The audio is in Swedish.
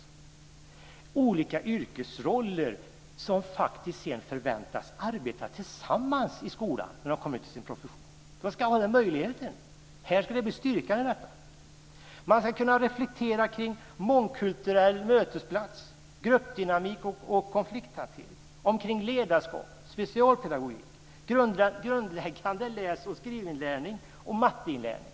Människor med olika yrkesroller som förväntas arbeta tillsammans i skolan när de kommer till sin profession ska ha den möjligheten, och den stärks nu. Man ska kunna reflektera kring mångkulturell mötesplats, gruppdynamik och konflikthantering; omkring ledarskap, specialpedagogik, grundläggande läs och skrivinlärning och matteinlärning.